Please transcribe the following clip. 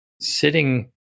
sitting